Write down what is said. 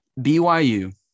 BYU